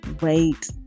wait